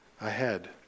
ahead